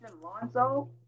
Lonzo